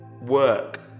work